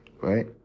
Right